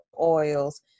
oils